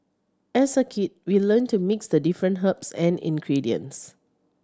as a kid we learnt to mix the different herbs and ingredients